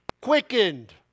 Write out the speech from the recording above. quickened